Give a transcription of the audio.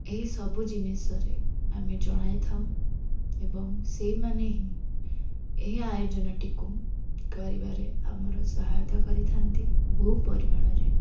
ଏହି ସବୁ ଜିନିଷରେ ଆମେ ଜଣାଇଥାଉ ଏବଂ ସେମାନେ ହିଁ ଏହି ଆୟୋଜନଟିକୁ କରିବାରେ ଆମର ସହାୟତା କରିଥାନ୍ତି ବହୁପରିମାଣରେ